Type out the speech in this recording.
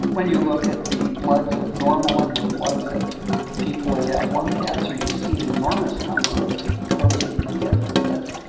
when you look at the bloods of normal and the bloods of people that have lung cancer you see an enormous number of protein differences.